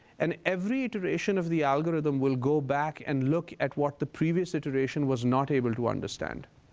and every iteration of the algorithm will go back and look at what the previous iteration was not able to understand.